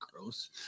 gross